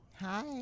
Hi